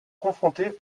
confrontés